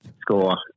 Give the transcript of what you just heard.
score